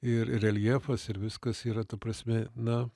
ir reljefas ir viskas yra ta prasme na